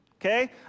Okay